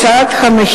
אותה,